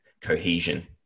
cohesion